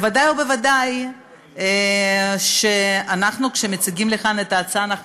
בוודאי ובוודאי שכשאנחנו מציגים כאן את ההצעה אנחנו